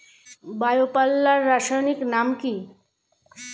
Bio পাল্লার রাসায়নিক নাম কি?